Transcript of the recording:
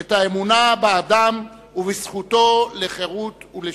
את האמונה באדם ובזכות לחירות ולשוויון.